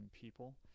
people